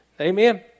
Amen